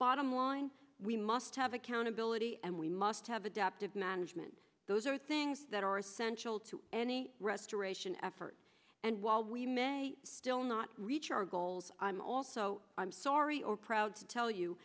bottom line we must have accountability and we must have adaptive management those are things that are essential to any restoration effort and while we may still not reach our goals i'm also i'm sorry or proud to tell you